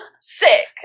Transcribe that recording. sick